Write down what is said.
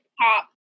top